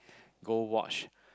go watch